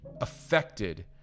affected